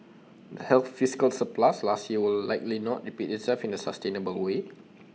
the healthy fiscal surplus last year will likely not repeat itself in A sustainable way